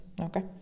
Okay